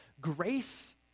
Grace